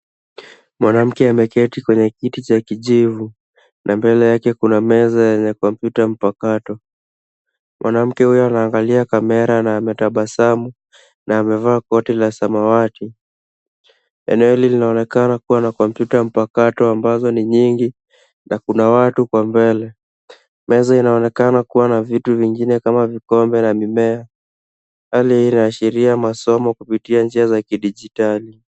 Mwanamke ameketi kwenye kiti cha kijivu na mbele yake kuna meza yenye kompyuta mpakato. Mwanamke huyo anaangalia kamera na anatabasamu na amavaa koti la samawati. Eneo hili linaonekana kuwa na kompyuta mpakato ambazo ni nyingi na kuna watu kwa mbele. Meza inaonekana kuwa na vitu vingine kama vikombe na mimea. Hali hii inaashiria masomo kupitia njia za kidijitali.